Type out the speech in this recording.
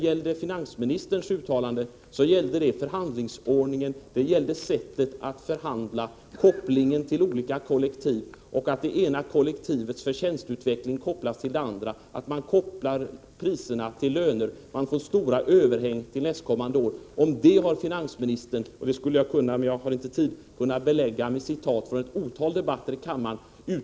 Hans uttalande gällde förhandlingsordningen, sättet att förhandla, att det ena kollektivets förtjänstutveckling kopplas till det andra, att man kopplar priserna till lönerna, att man får stora överhäng till nästkommande år. Vad finansministern har sagt om detta skulle jag, om jag hade tid, kunna belägga med citat från ett otal debatter i kammaren.